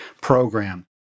program